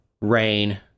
rain